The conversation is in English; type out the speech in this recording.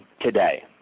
today